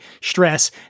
stress